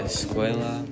Escuela